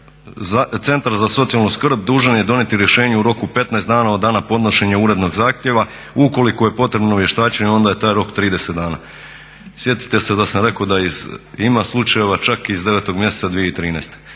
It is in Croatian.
rješenje, centar za socijalnu skrb dužan je donijeti rješenje u roku 15 dana od dana podnošenja urednog zahtjeva. Ukoliko je potrebno vještačenje onda je taj rok 30 dana. Sjetite se da sam rekao da ima slučajeva čak iz 9. mjeseca 2013.,